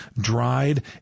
dried